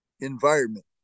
environment